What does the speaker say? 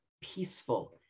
peaceful